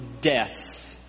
deaths